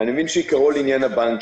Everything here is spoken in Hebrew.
אני מבין שעיקרו לעניין הבנקים.